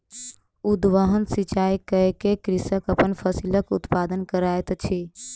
उद्वहन सिचाई कय के कृषक अपन फसिलक उत्पादन करैत अछि